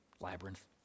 labyrinth